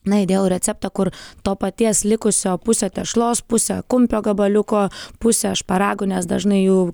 na įdėjau receptą kur to paties likusio pusę tešlos pusę kumpio gabaliuko pusę šparagų nes dažnai jų